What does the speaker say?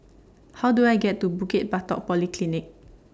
How Do I get to Bukit Batok Polyclinic